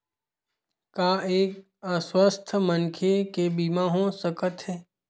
का एक अस्वस्थ मनखे के बीमा हो सकथे?